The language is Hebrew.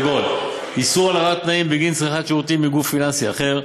כגון: איסור הרעת תנאים בגין צריכת שירותים מגוף פיננסי אחר,